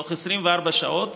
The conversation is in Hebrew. בתוך 24 שעות,